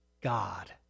God